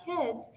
kids